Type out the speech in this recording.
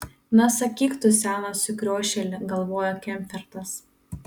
na sakyk tu senas sukriošėli galvojo kemfertas